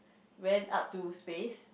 went up to space